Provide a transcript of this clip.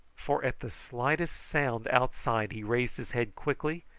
for at the slightest sound outside he raised his head quickly,